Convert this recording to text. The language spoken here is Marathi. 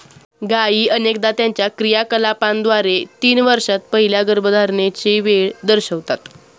गायी अनेकदा त्यांच्या क्रियाकलापांद्वारे तीन वर्षांत पहिल्या गर्भधारणेची वेळ दर्शवितात